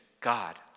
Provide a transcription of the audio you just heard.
God